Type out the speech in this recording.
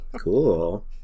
Cool